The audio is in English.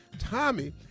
Tommy